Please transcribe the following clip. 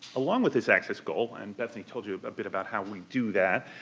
along with this access goal, and bethany told you a but bit about how we do that,